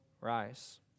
rise